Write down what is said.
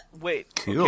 Wait